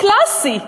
קלאסי.